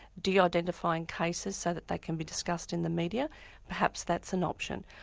de-identifying cases so that they can be discussed in the media perhaps that's an option.